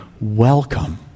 welcome